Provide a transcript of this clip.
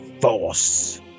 force